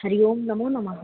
हरिः ओं नमो नमः